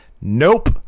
Nope